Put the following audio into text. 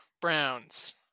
Browns